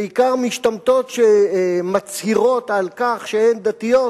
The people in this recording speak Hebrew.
בעיקר משתמטות שמצהירות על כך שהן דתיות